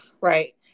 Right